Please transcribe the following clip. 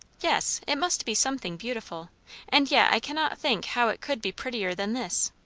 yes. it must be something beautiful and yet i cannot think how it could be prettier than this.